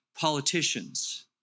politicians